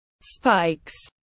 spikes